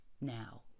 now